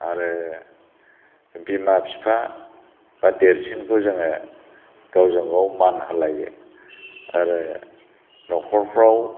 आरो बिमा बिफा एबा देरसिनखौ जोङो गावजों गाव मान होलायो आरो न'खरफोराव